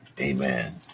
Amen